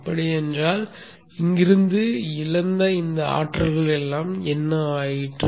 அப்படியென்றால் இங்கிருந்து இழந்த இந்த ஆற்றல்கள் எல்லாம் என்ன ஆயிற்று